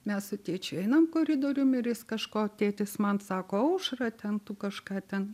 mes su tėčiu einam koridorium ir jis kažko tėtis man sako aušra ten tu kažką ten